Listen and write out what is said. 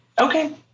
Okay